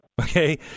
okay